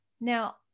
now